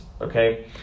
okay